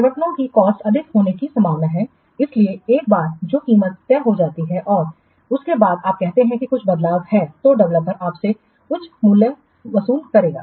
परिवर्तनों की कॉस्टअधिक होने की संभावना है इसलिए एक बार जो कीमत तय हो जाती है और उसके बाद आप कहते हैं कि कुछ बदलाव तो डेवलपर आपसे उच्च कीमत वसूल करेगा